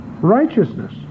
righteousness